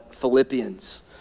Philippians